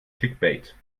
clickbait